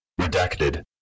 Redacted